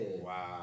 Wow